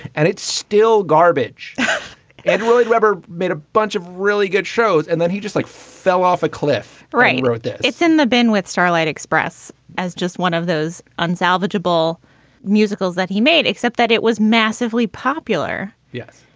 and it's still garbage and really rubber made a bunch of really good shows. and then he just like fell off a cliff ray wrote this. it's in the benowitz with starlight express as just one of those unsalvageable musicals that he made, except that it was massively popular. yes.